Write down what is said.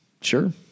Sure